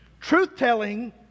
truth-telling